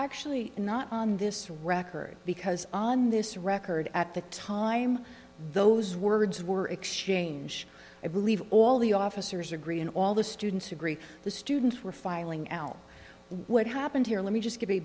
actually not on this record because on this record at the time those words were exchanged i believe all the officers agree and all the students agree the students were filing out what happened here let me just give